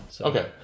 Okay